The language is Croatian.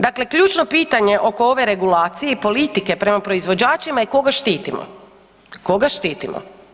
Dakle, ključno pitanje oko ove regulacije i politike prema proizvođačima je koga štitimo, koga štitimo?